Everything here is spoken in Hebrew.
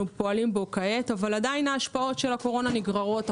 פועלים בו כעת אבל עדיין ההשפעות של הקורונה נגררות אחרינו.